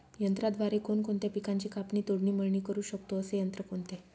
यंत्राद्वारे कोणकोणत्या पिकांची कापणी, तोडणी, मळणी करु शकतो, असे यंत्र कोणते?